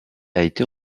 été